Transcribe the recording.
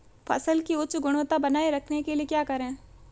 फसल की उच्च गुणवत्ता बनाए रखने के लिए क्या करें?